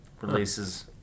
releases